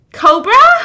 cobra